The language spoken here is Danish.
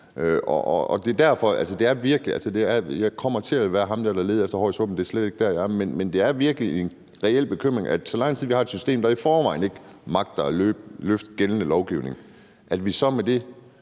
det er slet ikke der, jeg er – men det er virkelig en reel bekymring, altså at vi, så lang tid vi har et system, der i forvejen ikke magter at løfte gældende lovgivning, så med den